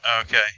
Okay